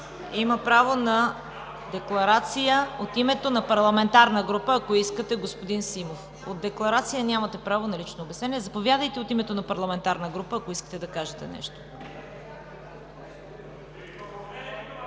Има право на декларация от името на парламентарна група, ако искате, господин Симов. След декларация нямате право на лично обяснение. Заповядайте, от името на парламентарна група, ако искате да кажете нещо.